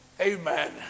Amen